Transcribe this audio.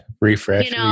refresh